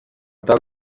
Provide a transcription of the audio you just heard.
tal